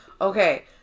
Okay